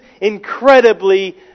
incredibly